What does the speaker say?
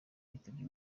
yitabye